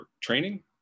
training